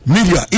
Media